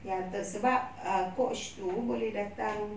ya sebab err coach itu boleh datang